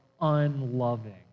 unloving